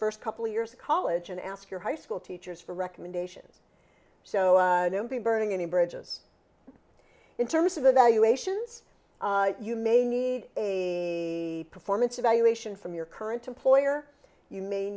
first couple of years of college and ask your high school teachers for recommendations so be burning any bridges in terms of evaluations you may need a performance evaluation from your current employer you may